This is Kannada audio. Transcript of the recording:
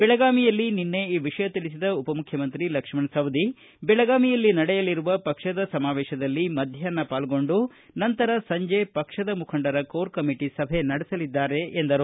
ಬೆಳಗಾವಿಯಲ್ಲಿ ನಿನ್ನೆ ಈ ವಿಷಯ ತಿಳಿಸಿದ ಉಪ ಮುಖ್ಯಮಂತ್ರಿ ಲಕ್ಷ್ಮಣ ಸವದಿ ಬೆಳಗಾವಿಯಲ್ಲಿ ನಡೆಯಲಿರುವ ಸಮಾವೇಶದಲ್ಲಿ ಮಧ್ಯಾಷ್ನ ಪಾಲ್ಗೊಂಡು ನಂತರ ಸಂಜೆ ಪಕ್ಷದ ಮುಖಂಡರ ಕೋರಕಮಿಟಿ ಸಭೆ ನಡೆಸಲಿದ್ದಾರೆ ಎಂದರು